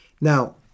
Now